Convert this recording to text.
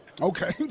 Okay